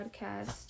podcast